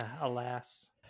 alas